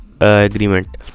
agreement